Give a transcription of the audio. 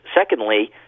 Secondly